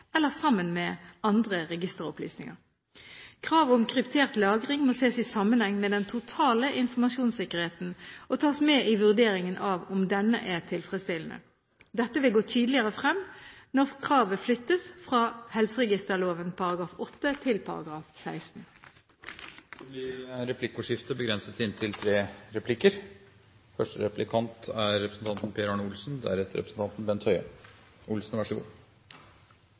eller sammen med andre registeropplysninger. Kravet om kryptert lagring må ses i sammenheng med den totale informasjonssikkerheten og tas med i vurderingen av om denne er tilfredsstillende. Dette vil gå tydeligere frem når kravet flyttes fra helseregisterloven § 8 til § 16. Det blir replikkordskifte. Fremskrittspartiets syn og forslaget er jo godt ivaretatt i representanten Høies innlegg. Men i innlegget til Høie